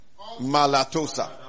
Malatosa